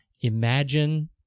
imagine